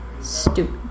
stupid